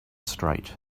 straight